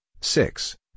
six